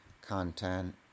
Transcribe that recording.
content